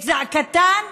את זעקתן